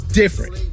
different